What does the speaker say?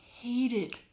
hated